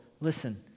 listen